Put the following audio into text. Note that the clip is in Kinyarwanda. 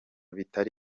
bitari